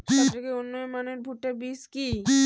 সবথেকে উন্নত মানের ভুট্টা বীজ কি?